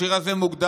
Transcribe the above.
השיר הזה מוקדש